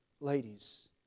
ladies